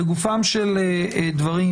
לגופם של דברים,